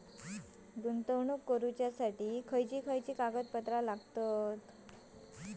गुंतवणूक करण्यासाठी खयची खयची कागदपत्रा लागतात?